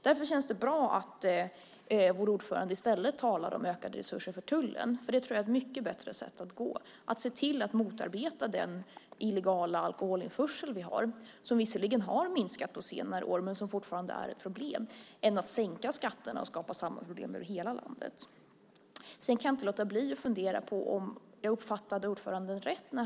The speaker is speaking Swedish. Det känns bra att vår ordförande i stället talar om ökade resurser för tullen. Det är ett mycket bättre sätt att agera. Det handlar om att se till att motarbeta den illegala alkoholinförsel vi har, som visserligen har minskat på senare år men fortfarande är ett problem, än att sänka skatterna så att vi får samma problem över hela landet. Jag kan inte låta bli att fundera på om jag uppfattade ordföranden rätt.